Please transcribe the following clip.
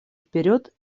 вперед